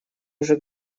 уже